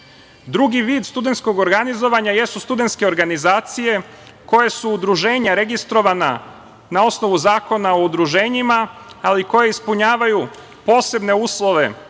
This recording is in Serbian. vid studentskog organizovanja jesu studentske organizacije, koje su udruženja registrovana na osnovu Zakona o udruženjima, ali koje ispunjavaju posebne uslove